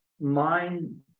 Mind